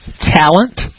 talent